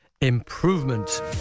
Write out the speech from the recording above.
improvement